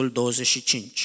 25